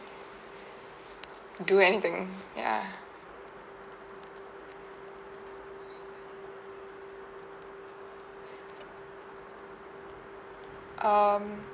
do anything ya um